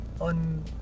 on